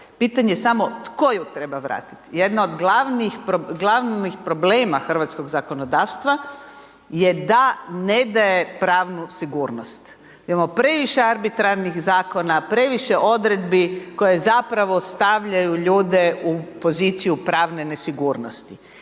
Pitanje je samo tko ju treba vratiti? Jedna od glavnih, glavnih problema hrvatskog zakonodavstva je da ne daje pravnu sigurnost. Imamo previše arbitrarnih zakona, previše odredbi koje zapravo stavljaju ljude u poziciju pravne nesigurnosti.